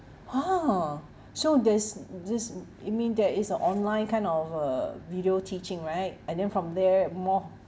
!huh! so there's there's you mean there is a online kind of uh video teaching right and then from there more